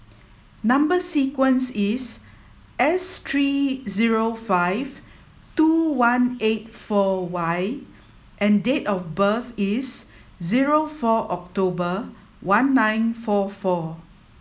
number sequence is S three zero five two one eight four Y and date of birth is zero four October one nine four four